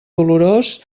dolorós